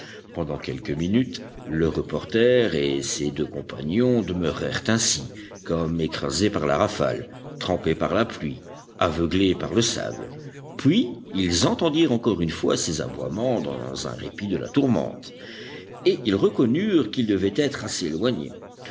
pendant quelques minutes le reporter et ses deux compagnons demeurèrent ainsi comme écrasés par la rafale trempés par la pluie aveuglés par le sable puis ils entendirent encore une fois ces aboiements dans un répit de la tourmente et ils reconnurent qu'ils devaient être